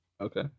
Okay